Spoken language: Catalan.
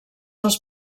els